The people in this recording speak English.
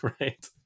right